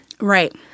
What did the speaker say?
right